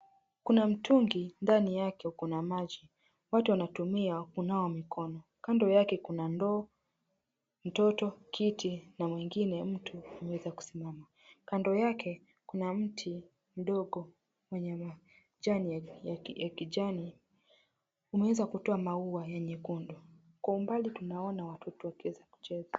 Kuna mtungi ndani yake uko na maji watu wanatumia kunawa wa mikono kando yake kuna ndoo, mtoto, kiti na mwengine mtu ameweza kusimama. Kando yake kuna mti mdogo wenye majani ya kijani umeweza kutoa maua ya nyekundu kwa umbali tunaona watoto wakiweza wakicheza.